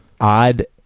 odd